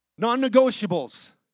Non-negotiables